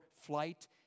flight